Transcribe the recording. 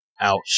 Ouch